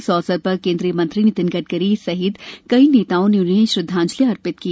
इस अवसर पर केन्द्रीय मंत्री नितिन गडकरी सहित कई नेताओं ने उन्हें श्रद्धांजलि अर्पित की